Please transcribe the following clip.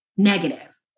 negative